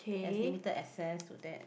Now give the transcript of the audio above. it has limited access to that